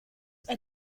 are